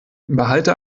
behalte